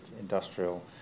industrial